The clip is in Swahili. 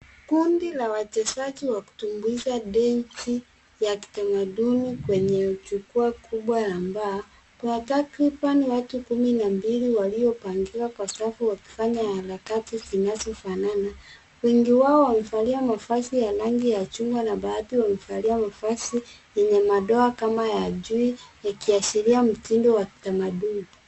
Kundi la wachezaji wa kutumbuiza densi ya kitamaduni kwenye jukwaa kubwa la mbao. Kuna takriban watu kumi na mbili waliopangiwa kwa safu wakifanya harakati zinazofanana. Wengi wao wamevalia mavazi ya rangi ya chungwa na baadhi wamevalia mavazi yenye madoa kama ya chui ikiashiria mtindo wa kitamaduni.